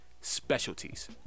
specialties